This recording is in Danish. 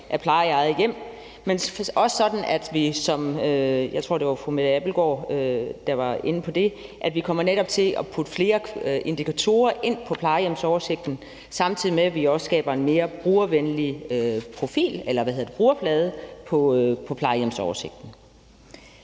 af pleje i eget hjem, men også sådan, at vi, som fru Mette Abildgaard, tror jeg det var, var inde på, netop kommer til at putte flere indikatorer ind på plejehjemsoversigten, samtidig med at vi også skaber en mere brugervenlig brugerflade på plejehjemsoversigten.